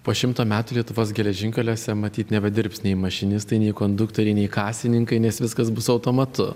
po šimto metų lietuvos geležinkeliuose matyt nebedirbs nei mašinistai nei konduktoriai nei kasininkai nes viskas bus automatu